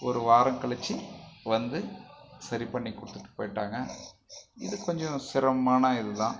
ஒரு வாரம் கழிச்சி வந்து சரி பண்ணிக் கொடுத்துட்டு போய்விட்டாங்க இது கொஞ்சம் சிரமமான இதுதான்